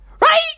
Right